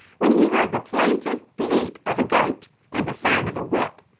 when he heard the plaintive bleat of a goat and the sound of a whip.